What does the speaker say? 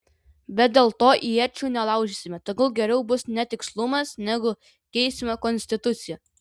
bet dėl to iečių nelaužysime tegul geriau bus netikslumas negu keisime konstituciją